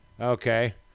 Okay